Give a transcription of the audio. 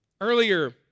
Earlier